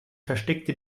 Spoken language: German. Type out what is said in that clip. versteckte